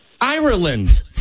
Ireland